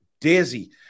Daisy